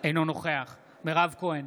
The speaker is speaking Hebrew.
אינו נוכח מירב כהן,